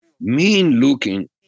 mean-looking